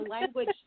language